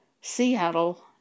Seattle